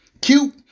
Cute